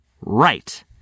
Right